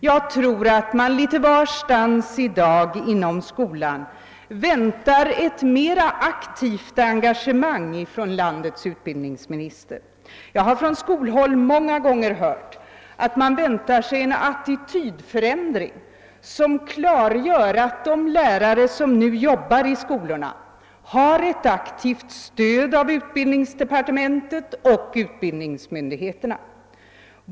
Jag tror att man litet varstans i dag inom skolan väntar ett mera aktivt engagemang från landets utbildningsminister. Jag har från skolbåll många gånger hört att man väntar sig en attitydförändring, som klargör att de lärare som nu jobbar i skolorna har ett aktivt stöd av utbildningsdepartementet och utbildningsmyndigheterna.